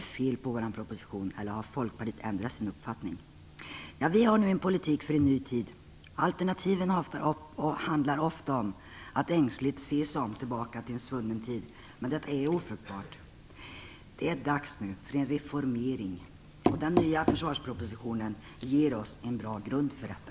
Är det fel på vår proposition, eller har Folkpartiet ändrat sin uppfattning? Vi har nu en politik för en ny tid. Alternativen handlar ofta om att ängsligt se tillbaka till en svunnen tid. Men detta är ofruktbart. Det är dags för en reformering, och den nya försvarspropositionen ger oss en bra grund för detta.